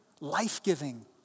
life-giving